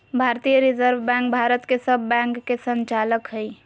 भारतीय reserve bank Bharat के सब बैंक के संचालक हइ